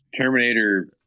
Terminator